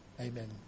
Amen